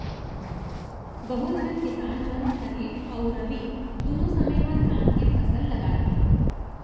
बहुत झन किसान मन खरीफ अउ रबी दुनों समे म धान के फसल लगाथें